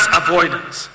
avoidance